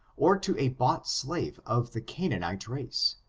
or to a bought slave of the canaanite race,